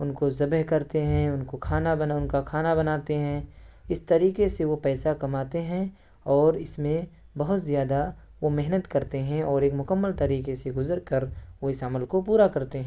ان کو ذبح کرتے ہیں ان کو کھانا بنا ان کا کھانا بناتے ہیں اس طریقے سے وہ پیسہ کماتے ہیں اور اس میں بہت زیادہ وہ محنت کرتے ہیں اور ایک مکمل طریقے سے گزر کر وہ اس عمل کو پورا کرتے ہیں